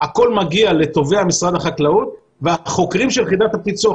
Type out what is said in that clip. הכול מגיע לתובע במשרד החקלאות והחוקרים של יחידת הפיצוח,